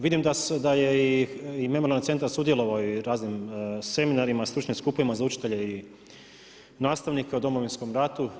Vidim da je i Memorijalni centar sudjelovao u raznim seminarima stručne skupine za učitelje i nastavnike o Domovinskom ratu.